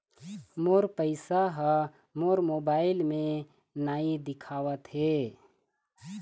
मोर पैसा ह मोर मोबाइल में नाई दिखावथे